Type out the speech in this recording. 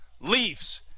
Leafs